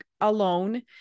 alone